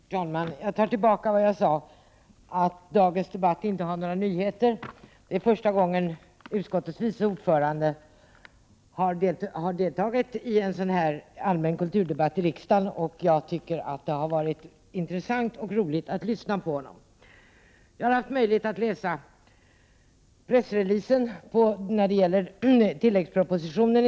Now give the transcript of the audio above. Herr talman! Jag tar tillbaka mitt uttalande att dagens debatt inte innehåller några nyheter. Det är första gången utskottets vice ordförande har deltagit i en allmän kulturdebatt i riksdagen, och jag tycker att det har varit intressant och roligt att lyssna på honom. Jag har i dag haft tillfälle att läsa pressreleasen när det gäller tilläggspropositionen.